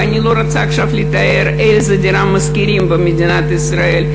ואני לא רוצה לתאר עכשיו איזה דירה משכירים במדינת ישראל,